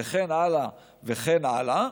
וכן הלאה וכן הלאה.